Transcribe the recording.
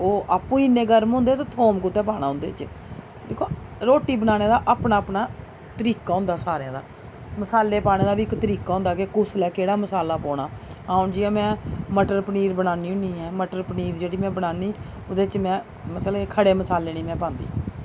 ओह् आपूं गै इन्ने गर्म होंदे ते थोम कुत्थै पाना उं'दे च दिक्खो रुट्टी बनाने दा अपना अपना तरीका होंदा सारें दा मसाले पाने दा बी इक तरीका होंदा केह् कुस बेल्लै केह्ड़ा मसाला पौना जि'यां में मटर पनीर बनान्नी होन्नी आं मटर पनीर जेह्ड़ी में बनान्नी ओह्दे च में मतलब खड़े मसाले निं में पांदी